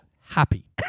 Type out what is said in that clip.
happy